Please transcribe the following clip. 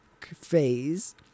phase